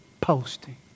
posting